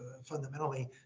Fundamentally